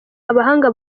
abahanga